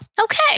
okay